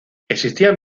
existían